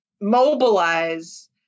mobilize